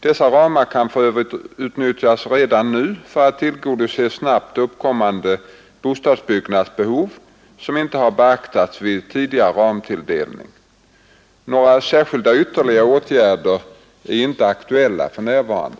Dessa ramar kan för övrigt utnyttjas redan nu för att tillgodose snabbt uppkommande bostadsbyggnadsbehov som inte har beaktats vid tidigare ramtilldelning. Några särskilda ytterligare åtgärder är inte aktuella för närvarande.